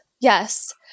yes